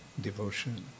devotion